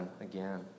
again